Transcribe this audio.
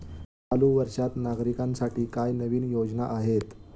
चालू वर्षात नागरिकांसाठी काय नवीन योजना आहेत?